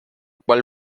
cual